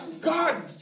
God